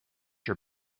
your